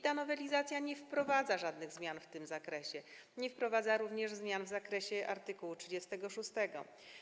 Ta nowelizacja nie wprowadza żadnych zmian w tym zakresie, nie wprowadza również zmian w zakresie art. 36.